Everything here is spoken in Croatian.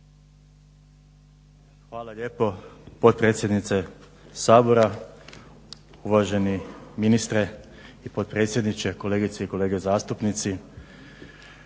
Hvala lijepo potpredsjednice Sabora. Uvaženi ministre i potpredsjedniče, kolegice i kolege zastupnici.